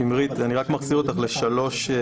שימרית, אני מחזיר אותך ל-3(ב).